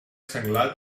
senglar